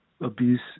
abuse